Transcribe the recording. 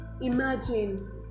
imagine